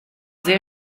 sehr